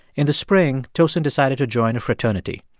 in the spring, tosin decided to join a fraternity.